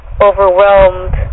overwhelmed